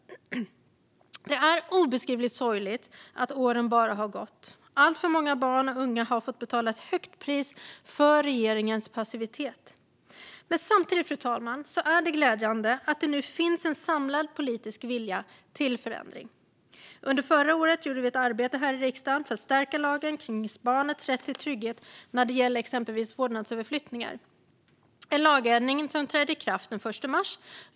Det är obeskrivligt sorgligt att åren bara har gått. Alltför många barn och unga har fått betala ett högt pris för regeringens passivitet. Men samtidigt, fru talman, är det glädjande att det nu finns en samlad politisk vilja till förändring. Under förra året gjorde vi ett arbete i riksdagen för att stärka lagen kring barnets rätt till trygghet när det gäller exempelvis vårdnadsöverflyttningar. Det är en lagändring som träder i kraft den 1 mars.